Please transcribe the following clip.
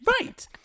right